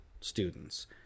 students